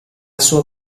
sua